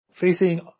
facing